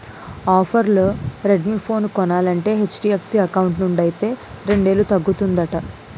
ఆఫర్లో Redmi phone కొనాలంటే HDFC account నుండి అయితే రెండేలు తగ్గుతుందట